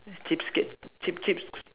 cheapskate cheap cheap